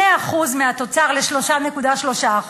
2% מהתוצר, ל-3.3%,